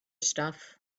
stuff